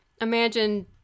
imagine